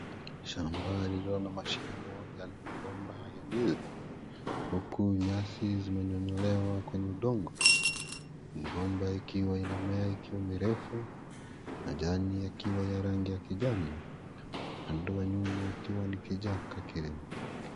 Shamba iliyo na mashimo ya migomba ya ndizi huku nyasi zimenyonyolewa kwenye udongo, mgomba ikiwa inamea ikiwa mirefu majani yakiwa ya rangi ya kijani upande wa nyuma ikiwa ni kichaka kirefu.